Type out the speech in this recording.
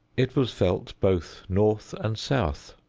it was felt both north and south.